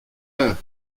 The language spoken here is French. heure